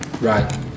right